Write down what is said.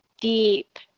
deep